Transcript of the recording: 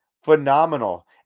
Phenomenal